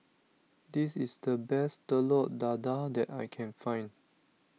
this is the best Telur Dadah that I can find